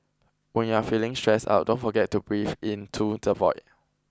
when you are feeling stressed out don't forget to breathe into the void